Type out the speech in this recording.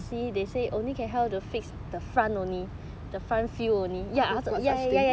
oh